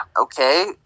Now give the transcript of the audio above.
okay